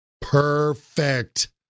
perfect